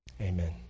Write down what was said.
Amen